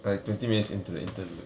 like twenty minutes into the interlude